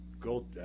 go